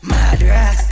Madras